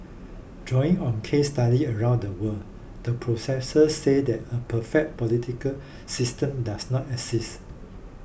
drawing on case study around the world the professor said that a perfect political system does not exist